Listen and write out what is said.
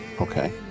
Okay